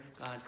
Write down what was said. God